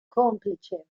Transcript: complice